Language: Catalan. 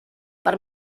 per